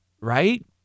right